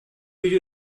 you